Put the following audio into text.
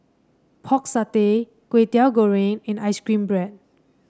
Pork Satay Kway Teow Goreng and ice cream bread